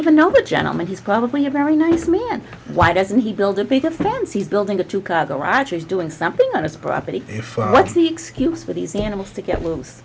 even know the gentleman he's probably a very nice man why doesn't he build a bigger fancy's building a two car garage or is doing something on his property what's the excuse for these animals to get loose